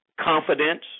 confidence